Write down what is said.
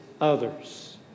others